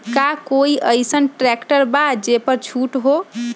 का कोइ अईसन ट्रैक्टर बा जे पर छूट हो?